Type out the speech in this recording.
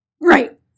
Right